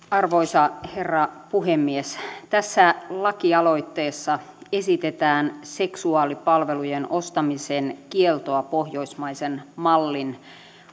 arvoisa herra puhemies tässä lakialoitteessa esitetään seksuaalipalvelujen ostamisen kieltoa pohjoismaisen mallin